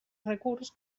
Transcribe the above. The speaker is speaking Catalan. recurs